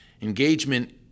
Engagement